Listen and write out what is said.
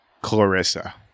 Clarissa